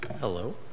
Hello